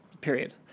Period